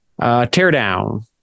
Teardown